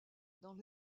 dans